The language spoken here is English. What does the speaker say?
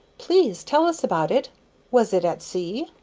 please tell us about it was it at sea?